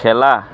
খেলা